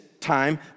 Time